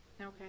Okay